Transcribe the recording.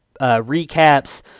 Recaps